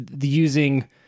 using